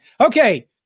Okay